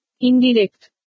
Indirect